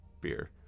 beer